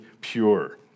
pure